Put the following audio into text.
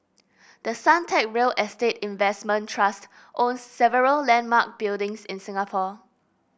the Suntec real estate investment trust owns several landmark buildings in Singapore